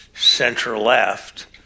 center-left